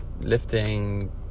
lifting